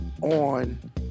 on